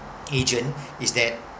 agent is that